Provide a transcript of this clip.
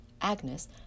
Agnes